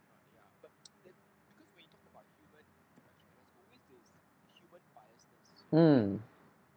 mm